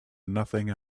nothing